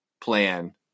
plan